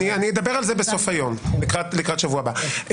אני אדבר על זה בסוף היום לקראת השבוע הבא.